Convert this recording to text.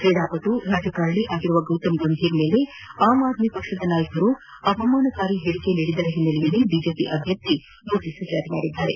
ಕ್ರೀಡಾಪಟು ರಾಜಕಾರಣಿ ಆಗಿರುವ ಗೌತಮ್ ಗಂಭೀರ್ ಮೇಲೆ ಆಮ್ ಆದ್ಮಿ ಪಕ್ಷದ ಮುಖಂಡರು ಅವಮಾನಿಸುವ ಹೇಳಿಕೆ ನೀಡಿದ್ದರ ಹಿನ್ನೆಲೆಯಲ್ಲಿ ಬಿಜೆಪಿ ಅಭ್ಯರ್ಥಿ ನೋಟಸ್ ಜಾರಿ ಮಾಡಿದ್ದಾರೆ